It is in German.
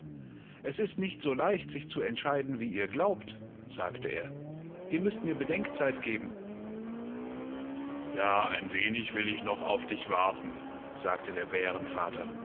undwußtenochnicht wieeresanfangensolltezuentkommen esistnicht so leicht sich zu entscheiden wie ihr glaubt sagte er ihr müßt mir bedenkzeitgeben ja ein wenig will ich noch auf dich warten sagte der